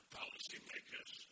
policymakers